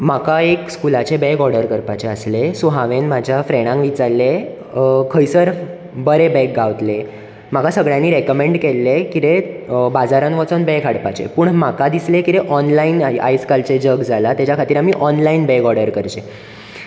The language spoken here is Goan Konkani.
म्हाका एक स्कुलाचें बॅग ऑर्डर करपाचें आसले सो हांवेन म्हाज्या फ्रेंडाक विचारले खंयसर बरें बॅग गावतलें म्हाका सगळ्यांनी रॅकमेंड केल्ले कितें बाजारान वचोन बॅग हाडपाचे पूण म्हाका दिसले कितें ऑनलायन आयज कालचे जग जाला तेज्या खातीर ऑनलायन बॅग ऑर्डर करचें